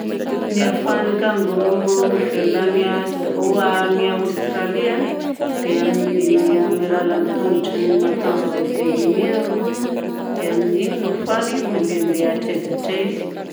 Ny ahafahan'ny kangoroa mivelona Ast- ô- a- Aostralia a dia amin'ny amin'ny alalan'ny tongotrany matanjaka be igny mi arô. Dia amin'igny no ahafahany mandehandeha hatraiza hatraiza.